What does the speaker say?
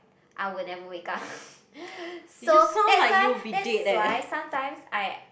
I would never wake up so that's why that's why sometimes I